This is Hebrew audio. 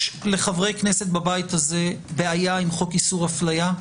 יש לחברי כנסת בבית הזה בעיה עם חוק איסור אפליה?